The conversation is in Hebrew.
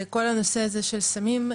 בכל הנושא הזה של סמים,